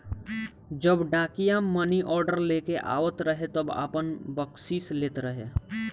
जब डाकिया मानीऑर्डर लेके आवत रहे तब आपन बकसीस लेत रहे